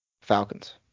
Falcons